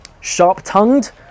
Sharp-tongued